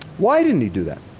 why didn't he do that?